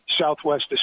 Southwest